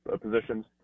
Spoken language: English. positions